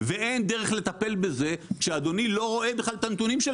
ואין דרך לטפל בזה כשאדוני לא רואה בכלל את הנתונים של